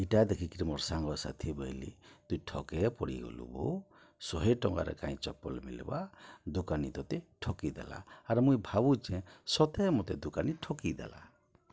ଇଟା ଦେଖିକିରି ମୋର୍ ସାଙ୍ଗସାଥି ବଏଲେ ତୁଇ ଠକେ ପଡ଼ିଗଲୁ ବୋ ଶହେ ଟଙ୍ଗାରେ କାଇଁ ଚପଲ୍ ମିଲ୍ବା ଦୋକାନୀ ତତେ ଠକିଦେଲା ଆର୍ ମୁଇଁ ଭାବୁଚେଁ ସତେ ମତେ ଦୋକାନୀ ଠକିଦେଲା